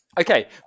Okay